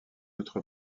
autre